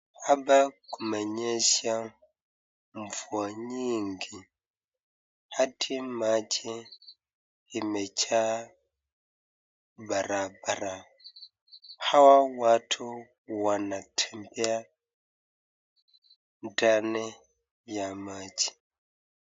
Hapa kumenyesha mvua nyingi hadi maji imejaa barabara, hawa watu wanatembea ndani ya maji.